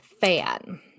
fan